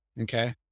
Okay